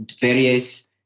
various